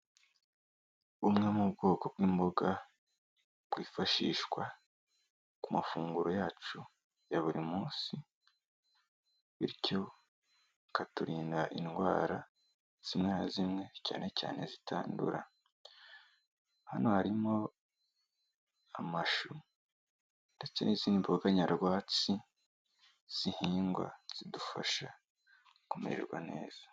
Bumwe mu bwoko bw'imboga, bwifashishwa ku mafunguro yacu ya buri munsi, bityo bikaturinda indwara zimwe na zimwe cyane cyane zitandura, hano harimo amashu ndetse n'izindi mboga nyarwatsi zihingwa zidufasha kumererwa neza.